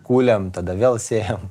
kuliam tada vėl sėjam